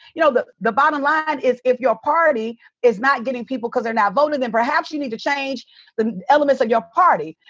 you know, the the bottom line is if your party is not getting people cause they're not voting, then perhaps you need to change the elements of your party.